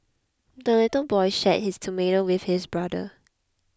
the little boy shared his tomato with his brother